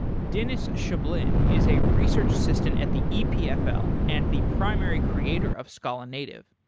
denys shabalin is a research assistant at the epfl and the primary creator of scale-native.